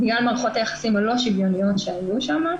בגלל מערכות היחסים הלא שוויוניות שהיו שם,